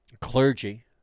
clergy